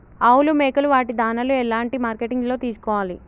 ఆవులు మేకలు వాటి దాణాలు ఎలాంటి మార్కెటింగ్ లో తీసుకోవాలి?